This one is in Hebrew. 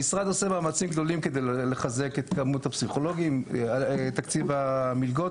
המשרד עושה מאמצים גדולים כדי לחזק את כמות הפסיכולוגים תקציב המלגות,